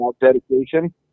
dedication